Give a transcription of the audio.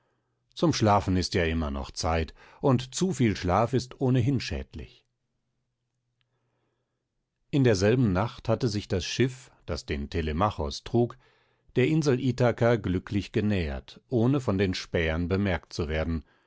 zum schlafen ist ja immer noch zeit und zuviel schlaf ist ohnehin schädlich in derselben nacht hatte sich das schiff das den telemachos trug der insel ithaka glücklich genähert ohne von den spähern bemerkt zu werden